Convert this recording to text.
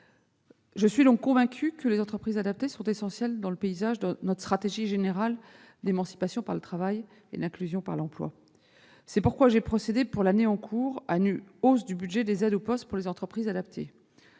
Je suis donc convaincue de la place fondamentale des entreprises adaptées dans notre stratégie globale d'émancipation par le travail et d'inclusion par l'emploi. C'est pourquoi j'ai procédé, pour l'année en cours, à une hausse du budget des aides au poste pour les entreprises adaptées